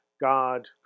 God